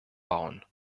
bauen